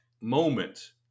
moment